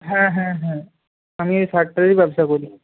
হ্যাঁ হ্যাঁ হ্যাঁ আমি এই সারটারই ব্যবসা করি